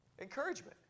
encouragement